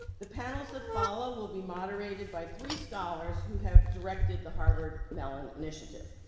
the panels that follow will be moderated by three scholars who have directed the harvard mellon initiative.